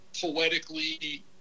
poetically